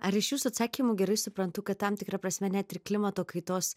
ar iš jūsų atsakymų gerai suprantu kad tam tikra prasme net ir klimato kaitos